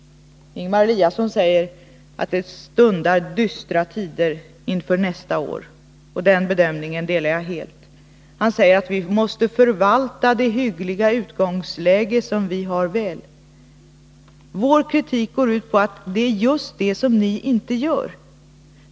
Ingemar Eliasson sade att det stundar dystra tider med tanke på nästa år. Den bedömningen delar jag helt. Han säger att vi väl måste förvalta det hyggliga utgångsläge som vi har. Vår kritik går ut på att det är just det som ni inte gör.